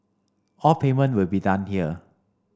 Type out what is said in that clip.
all payment will be done here